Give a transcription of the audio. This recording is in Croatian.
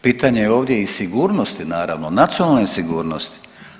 Pitanje je ovdje i sigurnosti naravno nacionalne sigurnosti.